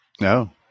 No